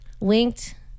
winked